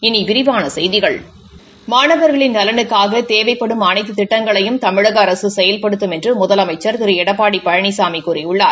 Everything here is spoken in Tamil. இனி விரிவான செய்திகள் மாணவர்களின் நலனுக்காக தேவைப்படும் அனைத்து திட்டங்களையும் தமிழக அரசு செயல்படுத்தும் என்று முதலமைச்சள் திரு எடப்பாடி பழனிசாமி கூறியுள்ளார்